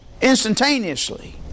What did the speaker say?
instantaneously